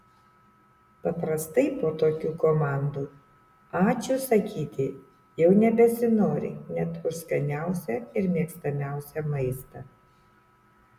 paprastai po tokių komandų ačiū sakyti jau nebesinori net už skaniausią ir mėgstamiausią maistą